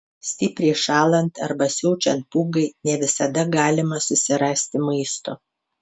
stipriai šąlant arba siaučiant pūgai ne visada galima susirasti maisto